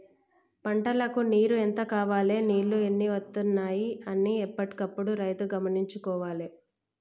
పంటలకు నీరు ఎంత కావాలె నీళ్లు ఎన్ని వత్తనాయి అన్ని ఎప్పటికప్పుడు రైతు గమనించుకోవాలె